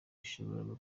yashoboraga